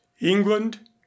england